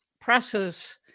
presses